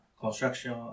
construction